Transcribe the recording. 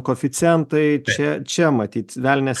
koeficientai čia čia matyt velnias